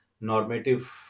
normative